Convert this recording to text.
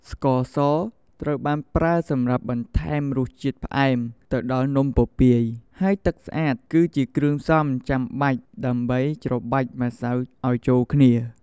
ស្ករស ត្រូវបានប្រើសម្រាប់បន្ថែមរសជាតិផ្អែមទៅដល់នំពពាយ ហើយទឹកស្អាត គឺជាគ្រឿងផ្សំចាំបាច់ដើម្បីច្របាច់ម្សៅឲ្យចូលគ្នា។